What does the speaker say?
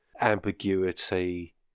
ambiguity